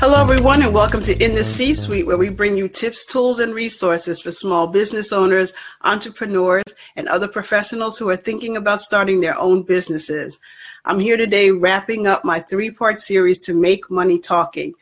hello everyone and welcome to this week where we bring you tips tools and resources for small business owners entrepreneur and other professionals who are thinking about starting their own businesses i'm here today wrapping up my three part series to make money talk